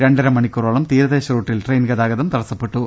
രണ്ടര മണിക്കൂറോളം തീരദേശ റൂട്ടിൽ ട്രെയിൻ ഗതാഗതവും തടസപ്പെട്ടു